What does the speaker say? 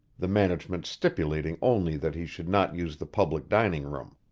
the management stipulating only that he should not use the public dining room.